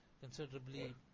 considerably